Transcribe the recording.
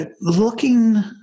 looking